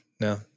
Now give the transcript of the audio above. no